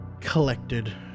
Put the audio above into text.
collected